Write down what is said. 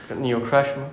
你有 crush mah